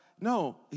No